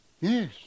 Yes